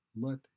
let